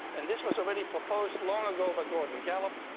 and this was already proposed long ago by gordon and gallup,